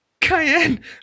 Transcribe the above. cayenne